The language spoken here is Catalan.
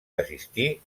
desistir